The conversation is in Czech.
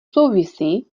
souvisí